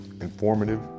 informative